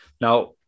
Now